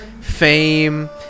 fame